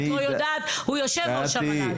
אם את לא יודעת הוא יושב ראש המל"ג.